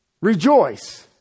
rejoice